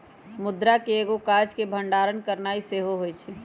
मुद्रा के एगो काज के भंडारण करनाइ सेहो होइ छइ